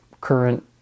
current